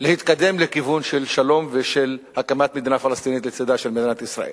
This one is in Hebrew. להתקדם לכיוון של שלום ושל הקמת מדינה פלסטינית לצדה של מדינת ישראל.